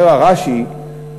אומר רש"י: